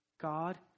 God